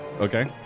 Okay